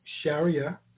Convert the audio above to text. Sharia